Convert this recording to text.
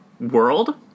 world